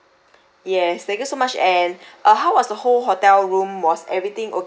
yes thank you so much and uh how was the whole hotel room was everything okay